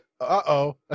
uh-oh